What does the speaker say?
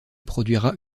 produira